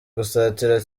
gusatira